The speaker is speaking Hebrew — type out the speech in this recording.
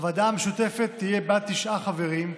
הוועדה המשותפת תהיה בת תשעה חברים,